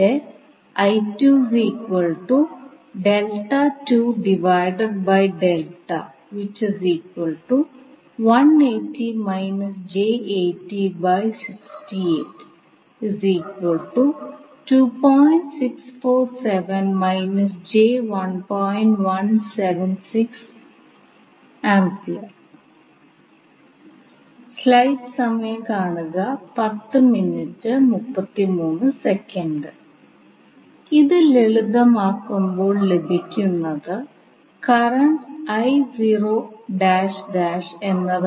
പക്ഷേ ഇത് ലളിതമാക്കുമ്പോൾ ലഭിക്കുന്നത് കറന്റ് എന്നത്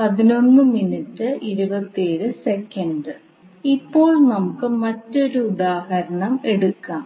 ലഭിക്കുന്നത് ഇപ്പോൾ നമുക്ക് മറ്റൊരു ഉദാഹരണം എടുക്കാം